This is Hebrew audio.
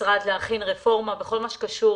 מהמשרד להכין רפורמה בכל מה שקשור